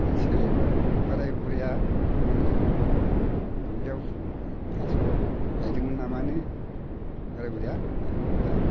सानसेखालि बोराय बुरैया माने दुब्लियाव थास' गायदोंमोन नामानो बोराय बुरैया बेनो दा